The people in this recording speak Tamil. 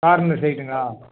கார்னர் சைட்டுங்களா